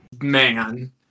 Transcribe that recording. man